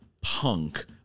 punk